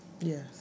Yes